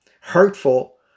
hurtful